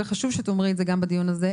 וחשוב שתאמרי את זה גם בדיון הזה,